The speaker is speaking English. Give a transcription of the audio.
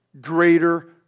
greater